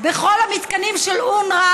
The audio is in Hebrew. הכול מבנים של אבן.